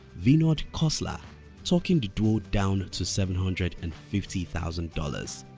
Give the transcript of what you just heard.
vinod khosla talking the duo down to seven hundred and fifty thousand dollars.